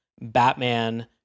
Batman